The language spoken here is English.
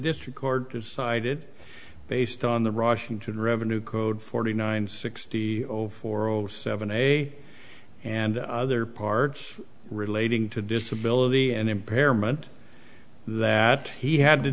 district court decided based on the russian to the revenue code forty nine sixty or four zero seven a and other parts relating to disability and impairment that he had to